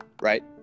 right